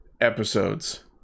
episodes